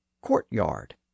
courtyard